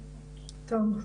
טוב,